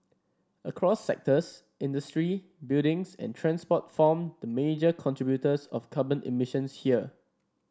across sectors industry buildings and transport form the major contributors of carbon emissions here